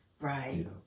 right